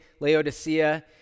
Laodicea